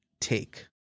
take